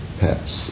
pets